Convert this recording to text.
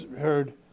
heard